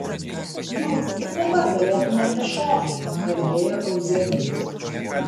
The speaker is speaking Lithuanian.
jūs ir dabar galėtumėte šokti kalbėjo euzebijus